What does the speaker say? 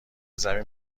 زمین